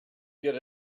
get